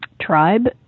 tribe